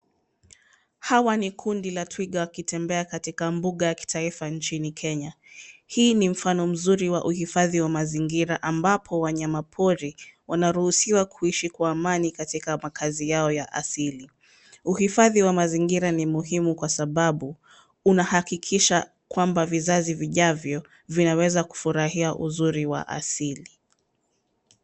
Hawa ni kundi la twiga wakitembea katika mbuga ya kitaifa nchini Kenya. Hii ni mfano mzuri wa uhifadhi wa mazingira ambapo wanyamapori wanaruhisiwa kuishi kwa amani katika makazi yao ya asili. Huhifadhi wa mazingira ni muhimu kwa sababu unahakikisha kwamba visasi vijavyo vinaweza kufurahia uzuri wa asili.